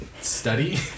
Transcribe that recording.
study